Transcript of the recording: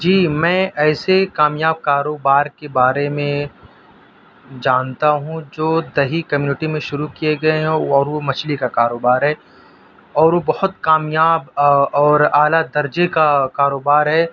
جی میں ایسے کامیاب کاروبار کے بارے میں جانتا ہوں جو دیہی کمیونٹی میں شروع کیے گئے ہیں اور وہ مچھلی کا کاروبار ہے اور وہ بہت کامیاب اور اعلیٰ درجے کا کاروبار ہے